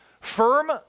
Firm